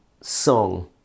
song